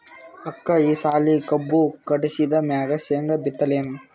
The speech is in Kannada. ಅಕ್ಕ ಈ ಸಲಿ ಕಬ್ಬು ಕಟಾಸಿದ್ ಮ್ಯಾಗ, ಶೇಂಗಾ ಬಿತ್ತಲೇನು?